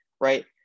right